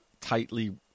tightly